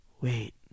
Wait